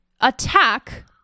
attack